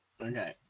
Okay